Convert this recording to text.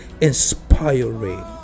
inspiring